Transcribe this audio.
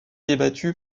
débattue